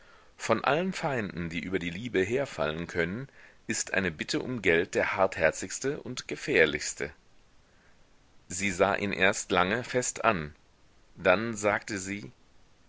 von allen feinden die über die liebe herfallen können ist eine bitte um geld der hartherzigste und gefährlichste sie sah ihn erst lange fest an dann sagte sie